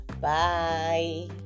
bye